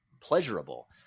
pleasurable